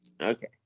Okay